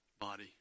body